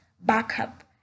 backup